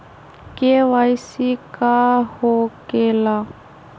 KYC का हो के ला?